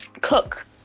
Cook